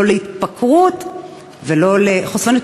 לא להתפקרות ולא לחושפנות,